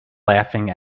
laughing